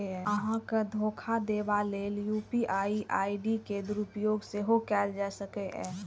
अहां के धोखा देबा लेल यू.पी.आई आई.डी के दुरुपयोग सेहो कैल जा सकैए